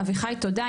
אביחי תודה.